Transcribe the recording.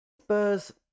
Spurs